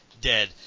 dead